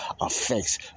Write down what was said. affects